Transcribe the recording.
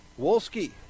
Wolski